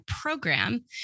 program